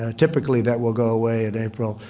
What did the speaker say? ah typically, that will go away in april.